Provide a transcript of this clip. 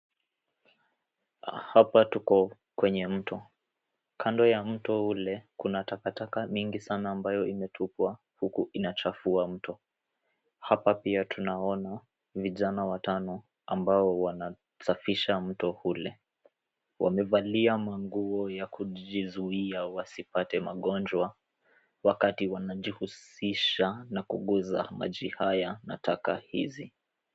Hapa tuko kwenye mto, kando ya mto ule, kuna takataka mingi sana ambayo imetupwa huku inachafua mto. Hapa pia tunaona vijana watano ambao wanasafisha mto ule. Wamevalia manguo yakujizuia wasipate magonjwa, wakati wanajihusisha na kuguza maji haya na taka hizi.